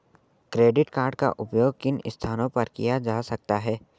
Credit card का उपयोग किन स्थानों पर किया जा सकता है?